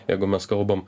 jeigu mes kalbam